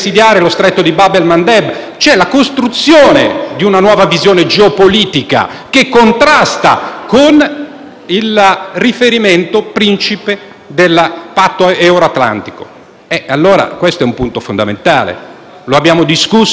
con il riferimento principe del Patto euro-atlantico. Questo è allora un punto fondamentale: lo abbiamo discusso con i nostri *partner* storici? Questa è la domanda fondamentale e via via, con le dichiarazioni